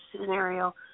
scenario